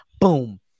boom